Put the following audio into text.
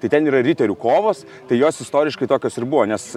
tai ten yra riterių kovos tai jos istoriškai tokios ir buvo nes